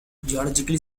geologically